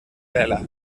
tela